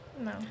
No